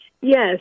Yes